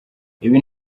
ibi